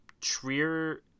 Trier